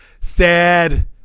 Sad